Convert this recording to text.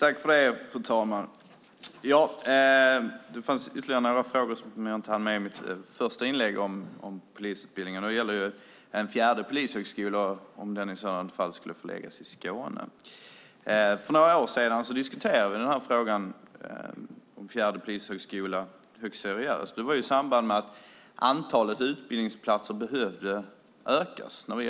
Fru talman! Jag har ytterligare några frågor om polisutbildningen som jag inte hann med i mitt första inlägg. Det gäller frågan om en fjärde polishögskola och om den i så fall skulle föreläggas i Skåne. För några år sedan diskuterade vi högst seriöst frågan om en fjärde polishögskola. Det var i samband med att antalet utbildningsplatser behövde ökas.